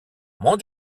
mon